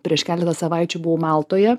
prieš keletą savaičių buvau maltoje